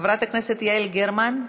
חברת הכנסת יעל גרמן,